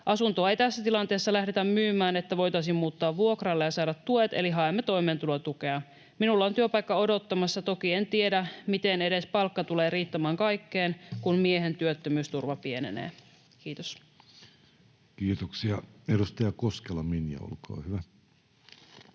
Asuntoa ei tässä tilanteessa lähdetä myymään, että voitaisiin muuttaa vuokralle ja saada tuet, eli haemme toimeentulotukea. Minulla on työpaikka odottamassa, toki en tiedä, miten edes palkka tulee riittämään kaikkeen, kun miehen työttömyysturva pienenee.” — Kiitos. [Speech 202] Speaker: